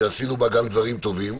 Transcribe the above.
שעשינו בה גם דברים טובים,